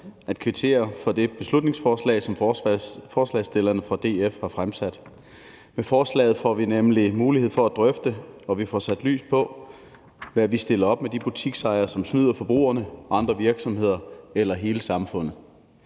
at kvittere for det beslutningsforslag, som forslagsstillerne fra DF har fremsat. Med forslaget får vi nemlig mulighed for at drøfte og sætte lys på, hvad vi stiller op med de butiksejere, som snyder forbrugerne, andre virksomheder eller hele samfundet.